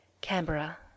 Canberra